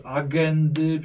agendy